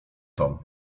tom